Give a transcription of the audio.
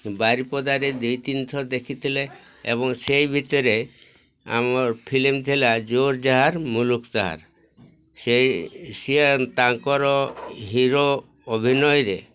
ବାରିପଦାରେ ଦି ତିନିଥର ଦେଖିଥିଲେ ଏବଂ ସେଇ ଭିତରେ ଆମ ଫିଲ୍ମ ଥିଲା ଜୋର୍ ଜାହାର ମୁଲକ୍ ତାହାର୍ ସେ ତାଙ୍କର ହିରୋ ଅଭିନୟରେ